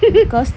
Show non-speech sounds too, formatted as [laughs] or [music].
[laughs]